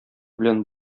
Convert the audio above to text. белән